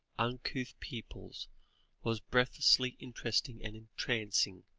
uncouth peoples was breathlessly interesting and entrancing.